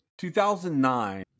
2009